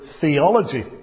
theology